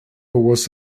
was